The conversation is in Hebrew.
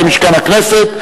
למשכן הכנסת,